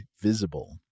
Visible